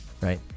Right